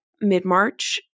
mid-March